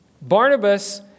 Barnabas